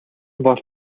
бол